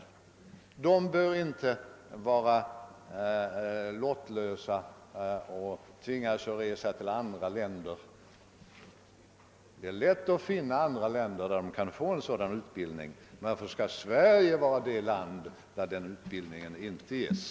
Dessa människor skall inte behöva resa till andra länder. Det är lätt att finna länder där de kan få en examen med sådan utbildning. Men varför skall Sverige vara det land där den examen inte ges?